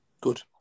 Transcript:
Good